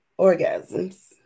orgasms